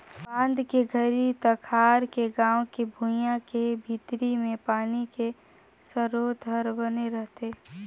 बांधा के घरी तखार के गाँव के भुइंया के भीतरी मे पानी के सरोत हर बने रहथे